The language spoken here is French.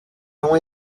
long